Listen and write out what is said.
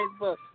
Facebook